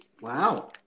Wow